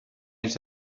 anys